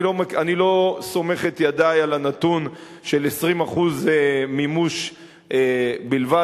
אני לא סומך את ידי על הנתון של 20% מימוש בלבד.